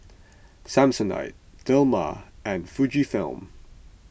Samsonite Dilmah and Fujifilm